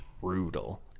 brutal